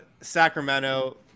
sacramento